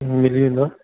हूं मिली वेंदा